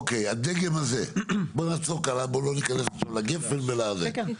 אוקיי, הדגם הזה, בוא נעצור לא ניכנס לגפן וזה.